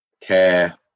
care